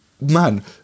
man